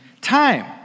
time